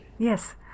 Yes